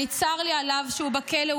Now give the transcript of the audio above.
צר לי עליו שהוא בכלא.